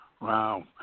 Wow